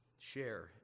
Share